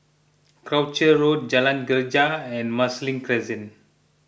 Croucher Road Jalan Greja and Marsiling Crescent